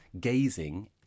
gazing